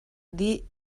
dih